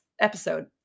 episode